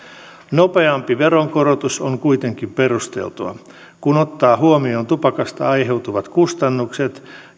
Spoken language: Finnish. nopeampi veronkorotus on kuitenkin perusteltua kun ottaa huomioon tupakasta aiheutuvat kustannukset